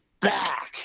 back